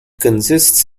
consists